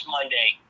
Monday